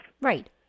Right